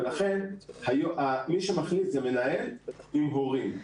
ולכן מי שמחליט זה המנהל עם ועדי ההורים.